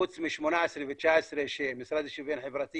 חוץ מ-18' ו-19' שהמשרד לשוויון חברתי